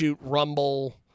Rumble